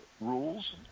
rules